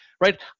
right